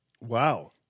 Wow